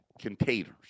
containers